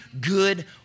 good